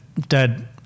Dad